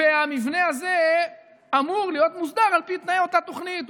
המבנה הזה אמור להיות מוסדר על פי תנאי אותה תוכנית,